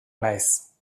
naiz